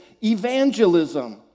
evangelism